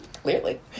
Clearly